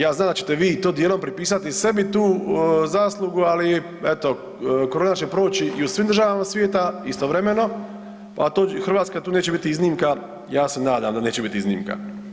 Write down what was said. Ja znam da ćete vi to dijelom pripisati sebi tu zaslugu, ali eto korona će proći i u svim državama svijeta istovremeno, a Hrvatska tu neće biti iznimka, ja se nadam da neće biti iznimka.